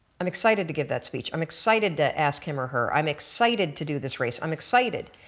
i'm excited to give that speech, i'm excited to ask him or her, i'm excited to do this race, i'm excited.